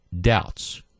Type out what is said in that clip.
doubts